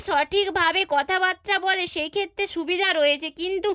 সঠিকভাবে কথাবার্তা বলে সেক্ষেত্রে সুবিধা রয়েছে কিন্তু